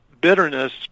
bitterness